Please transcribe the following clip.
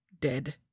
Dead